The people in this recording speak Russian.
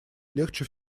легче